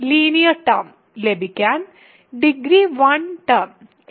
linear term ലഭിക്കാൻ degree 1 term f